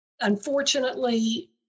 unfortunately